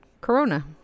Corona